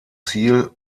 ziel